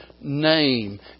name